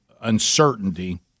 uncertainty